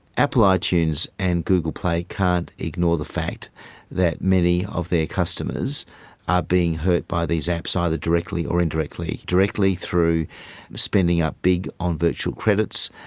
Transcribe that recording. apple ah itunes and google play can't ignore the fact that many of their customers are being hurt by these apps, either directly or indirectly directly through spending up big on virtual credits,